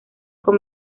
con